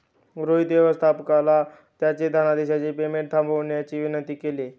रोहित व्यवस्थापकाला त्याच्या धनादेशचे पेमेंट थांबवण्याची विनंती केली